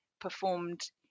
performed